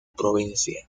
provincia